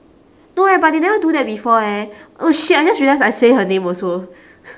no eh but they never do that before eh oh shit I just realised I say her name also